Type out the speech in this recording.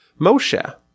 Moshe